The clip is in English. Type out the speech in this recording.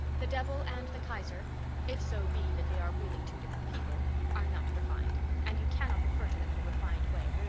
the devil and the kaiser if so be that they are really two different people are not refined. and you cannot refer to them in a refined way.